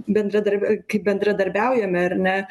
bendradarb kai bendradarbiaujame ar ne